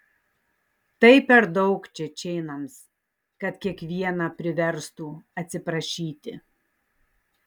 tai per daug čečėnams kad kiekvieną priverstų atsiprašyti